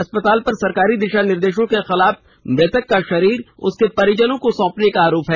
अस्पताल पर सरकारी दिशा निर्देशों के खिलाफ मृतक का शरीर उसके परिजनों को सौंपने का आरोप है